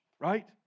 right